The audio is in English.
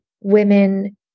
women